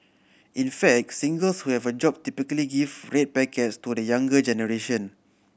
in fact singles who have a job typically give red packets to the younger generation